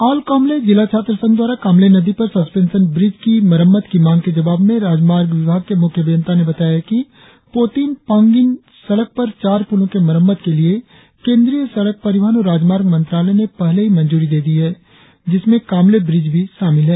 all Kamle जिला छात्र संघ द्वारा कामले नदी पर सस्पेंशल ब्रिज की मरम्मत की मांग के जवाब में राजमार्ग विभाग के मुख्य अभियंता ने बताया है कि पोतिन पांगिन सड़क पर चार पुलों के मरम्मत के लिए केंद्रीय सड़क परिवहन और राजमार्ग मंत्रालय ने पहले ही मंजूरी दे दी है जिसमें कामले ब्रिज भी शामिल है